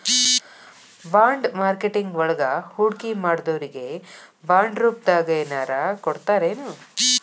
Bond marketing ವಳಗ ಹೂಡ್ಕಿಮಾಡ್ದೊರಿಗೆ ಬಾಂಡ್ರೂಪ್ದಾಗೆನರ ಕೊಡ್ತರೆನು?